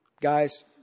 Guys